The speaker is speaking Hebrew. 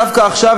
דווקא עכשיו,